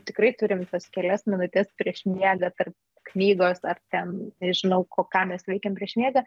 tikrai turim tas kelias minutes prieš miegą tarp knygos ar ten nežinau ko ką mes veikiam prieš miegą